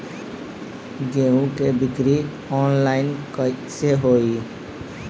गेहूं के बिक्री आनलाइन कइसे होई?